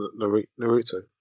Naruto